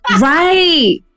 right